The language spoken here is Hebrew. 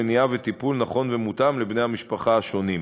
מניעה וטיפול נכון ומותאם לבני המשפחה השונים.